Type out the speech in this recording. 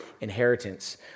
inheritance